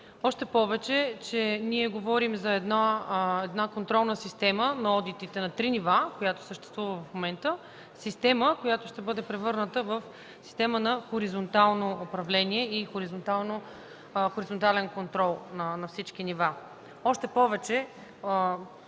още повече че говорим за контролна система на одитите на три нива, която в момента съществува – система, която ще бъде превърната в система на хоризонтално управление и хоризонтален контрол на всички нива. Буди притеснение